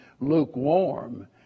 lukewarm